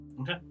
Okay